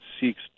seeks